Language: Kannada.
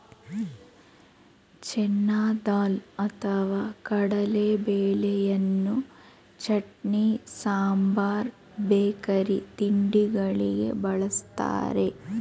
ಚೆನ್ನ ದಾಲ್ ಅಥವಾ ಕಡಲೆಬೇಳೆಯನ್ನು ಚಟ್ನಿ, ಸಾಂಬಾರ್ ಬೇಕರಿ ತಿಂಡಿಗಳಿಗೆ ಬಳ್ಸತ್ತರೆ